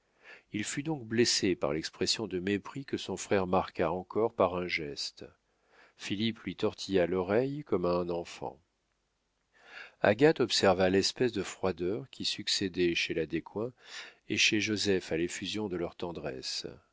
il fut donc blessé par l'expression de mépris que son frère marqua encore par un geste philippe lui tortilla l'oreille comme à un enfant agathe observa l'espèce de froideur qui succédait chez la descoings et chez joseph à l'effusion de leur tendresse